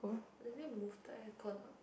can we move the aircon ah